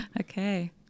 Okay